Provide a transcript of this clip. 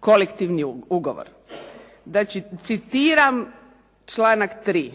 kolektivni ugovor. Znači citiram članak 3.